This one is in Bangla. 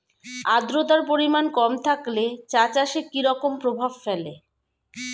আদ্রতার পরিমাণ কম থাকলে চা চাষে কি রকম প্রভাব ফেলে?